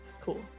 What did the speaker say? Cool